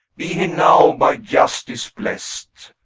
be he now by justice blessed.